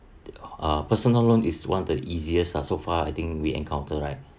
a personal loan is one the easiest ah so far I think we encounter right